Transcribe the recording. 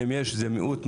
מיעוט,